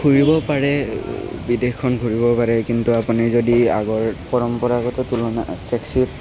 ঘূৰিব পাৰে বিদেশখন ঘূৰিব পাৰে কিন্তু আপুনি যদি আগৰ পৰম্পৰাগত তুলনাত টেক্সিত